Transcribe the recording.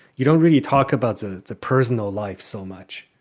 you don't really talk about it. it's a personal life so much.